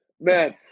man